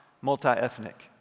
multi-ethnic